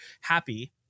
happy